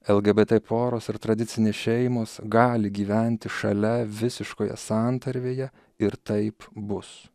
lgbt poros ir tradicinės šeimos gali gyventi šalia visiškoje santarvėje ir taip bus